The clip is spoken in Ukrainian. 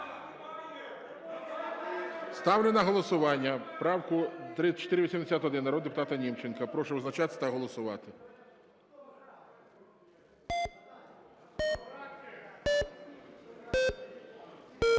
Ставлю на голосування правку 3481 народного депутата Німченка. Прошу визначатися та голосувати. 20:16:16